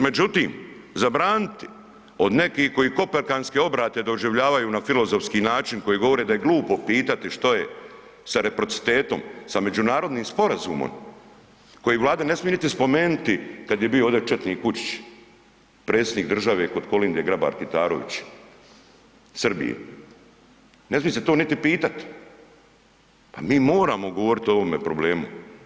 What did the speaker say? Međutim, zabraniti od nekih koji koperkanske doživljavaju na filozofski način koji govore da je glupo pitati što je sa reciprocitetom, sa međunarodnim sporazumom koji Vlada ne smije niti spomenuti kad je bio ovdje četnik Vučić, Predsjednik države kod Kolinde Grabar Kitarović, Srbije, ne smije se to niti pitat, pa mi moramo govorit o ovome problemu.